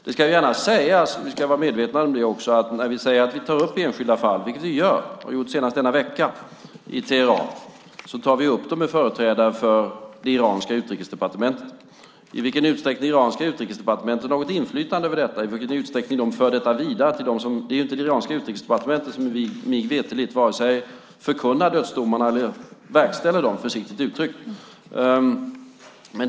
Det ska gärna sägas, och vi ska vara medvetna om det också, att när vi säger att vi tar upp enskilda fall, vilket vi gör och har gjort senast denna vecka i Teheran, tar vi upp dem med företrädare för det iranska utrikesdepartementet. I vilken utsträckning det iranska utrikesdepartementet har något inflytande och i vilken utsträckning de för detta vidare vet vi inte. Det är ju inte det iranska utrikesdepartementet som mig veterligt vare sig förkunnar dödsdomarna eller verkställer dem, försiktigt uttryckt.